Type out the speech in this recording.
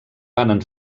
varen